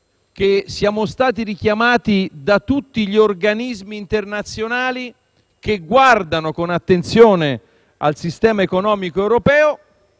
esser stati richiamati da tutti gli organismi internazionali che guardano con attenzione al sistema economico europeo,